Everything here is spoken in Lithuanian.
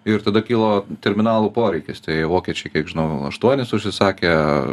ir tada kilo terminalų poreikis tai vokiečiai kiek žinau aštuonis užsisakė